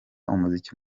umuziki